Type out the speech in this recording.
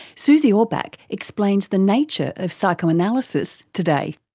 susie orbach explains the nature of psychoanalysis today.